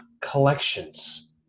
Collections